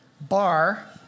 Bar